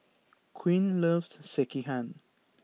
Quinn loves Sekihan